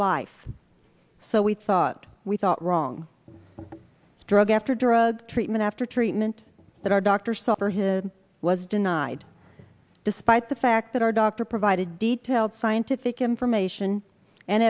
life so we thought we thought wrong drug after drug treatment after treatment that our dr saw for him was denied despite the fact that our doctor provided detailed scientific information and